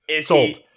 Sold